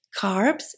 Carbs